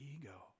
ego